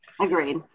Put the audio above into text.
Agreed